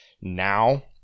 now